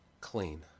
clean